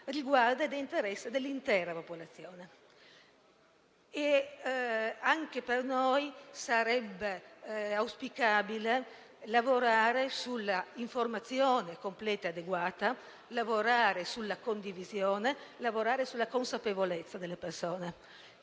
decidere, è interesse dell'intera popolazione. Anche per noi sarebbe auspicabile lavorare sulla informazione completa e adeguata, lavorare sulla condivisione, lavorare sulla consapevolezza delle persone.